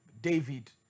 david